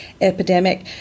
epidemic